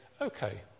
Okay